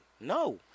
No